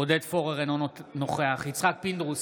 אינו נוכח יצחק פינדרוס,